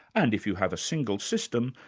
and if you have a single system,